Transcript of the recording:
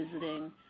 visiting